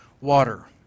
water